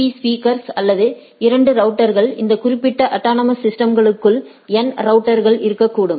பீ speaker அல்லது இரண்டு ரவுட்டர்கள் இந்த குறிப்பிட்ட அட்டானமஸ் சிஸ்டம்ஸ்களுக்குள் n ரவுட்டர்கள் இருக்கக்கூடும்